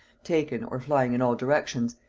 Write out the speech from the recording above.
taken, or flying in all directions,